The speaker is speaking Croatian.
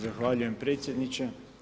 Zahvaljujem predsjedniče.